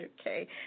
Okay